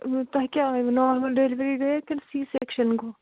تۄہہِ کیٛاہ آیوٕ نارمل ڈیٚلؤری گٔیا کِنہٕ سی سٮ۪کشَن گوٚو